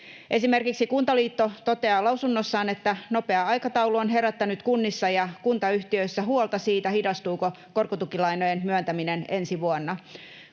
Esimerkiksi Kuntaliitto toteaa lausunnossaan: ”Nopea aikataulu on herättänyt kunnissa ja kuntayhtiöissä huolta siitä, hidastuuko korkotukilainojen myöntäminen ensi vuonna.”